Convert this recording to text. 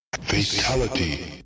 Fatality